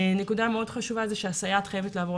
נקודה מאוד חשובה היא שהסייעת חייבת לעבור